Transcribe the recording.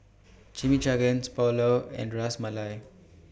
Chimichangas Pulao and Ras Malai